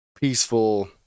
peaceful